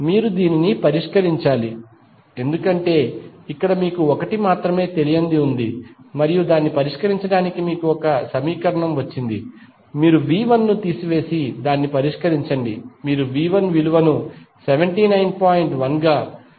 మీరు దీన్ని పరిష్కరించాలి ఎందుకంటే ఇక్కడ మీకు 1 మాత్రమే తెలియనిది ఉంది మరియు దాన్ని పరిష్కరించడానికి మీకు ఒక సమీకరణం వచ్చింది మీరు V 1 ను తీసివేసి దాన్ని పరిష్కరించండి మీరు V 1 విలువను 79